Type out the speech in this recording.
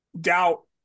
doubt